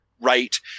right